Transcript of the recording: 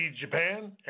Japan